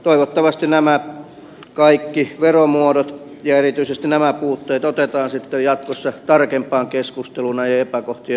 toivottavasti nämä kaikki veromuodot ja erityisesti nämä puutteet otetaan sitten jatkossa tarkempaan keskusteluun näiden epäkohtien oikaisemiseksi